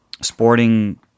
sporting